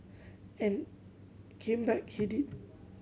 and came back he did